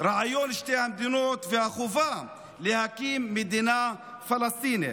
רעיון שתי המדינות ועל החובה להקים מדינה פלסטינית.